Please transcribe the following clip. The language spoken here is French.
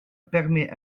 permet